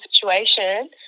situation